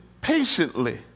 Patiently